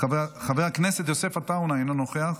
חברי חבר הכנסת יוסף עטאונה, אינו נוכח.